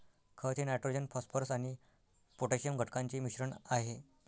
खत हे nitrogen phosphorus आणि पोटॅशियम घटकांचे मिश्रण आहे